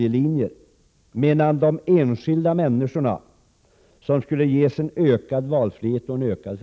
Enligt honom skulle de enskilda människorna ges ökad frihet. Herr talman!